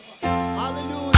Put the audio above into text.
Hallelujah